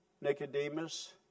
Nicodemus